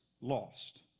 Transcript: lost